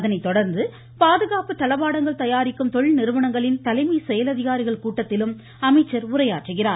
அதனைத் தொடர்ந்து பாதுகாப்புத் தளவாடங்கள் தயாரிக்கும் தொழில்நிறுவனங்களின் தலைமைச் செயல் அதிகாரிகள் கூட்டத்திலும் அவர் உரையாற்றுகிறார்